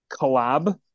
collab